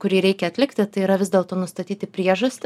kurį reikia atlikti tai yra vis dėlto nustatyti priežastį